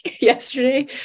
yesterday